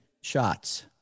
shots